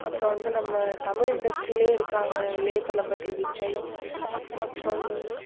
அப்புறம் வந்து நம்ம தமிழ் இண்டஸ்ட்ரிலேயே இருக்காங்க இளைய தளபதி விஜய் அப்புறம்